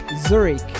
Zurich